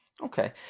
Okay